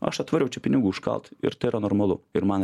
aš atvariau čia pinigų užkalt ir tai yra normalu ir man